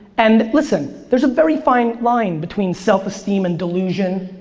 and listen, there's a very fine line between self-esteem and delusion.